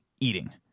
eating